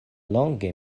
longe